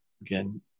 again